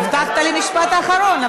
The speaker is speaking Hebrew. הבטחת לי משפט אחרון,